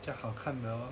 这样好看的